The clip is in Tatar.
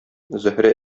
зөһрә